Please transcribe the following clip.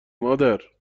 مادر